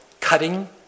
cutting